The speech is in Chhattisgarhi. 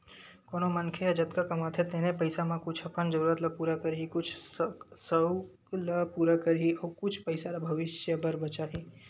कोनो मनखे ह जतका कमाथे तेने पइसा म कुछ अपन जरूरत ल पूरा करही, कुछ सउक ल पूरा करही अउ कुछ पइसा ल भविस्य बर बचाही